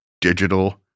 digital